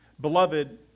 Beloved